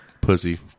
pussy